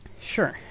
sure